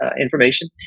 information